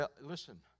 Listen